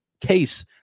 case